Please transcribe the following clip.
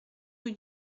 rue